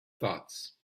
thoughts